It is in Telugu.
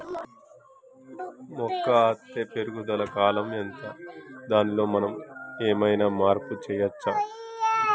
మొక్క అత్తే పెరుగుదల కాలం ఎంత దానిలో మనం ఏమన్నా మార్పు చేయచ్చా?